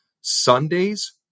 Sundays